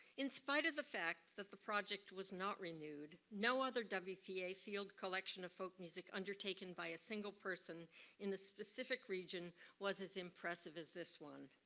in spite of the fact that the project was not renewed, no other wpa field collection of folk music undertaken by a single person in a specific region was as impressive as this one.